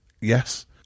yes